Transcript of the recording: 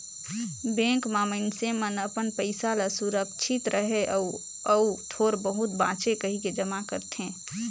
bank में मइनसे मन अपन पइसा ल सुरक्छित रहें अउ अउ थोर बहुत बांचे कहिके जमा करथे